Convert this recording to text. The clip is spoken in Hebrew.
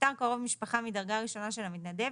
נפטר קרוב משפחה מדרגה ראשונה של המתנדב,